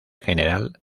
general